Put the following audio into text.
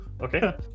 Okay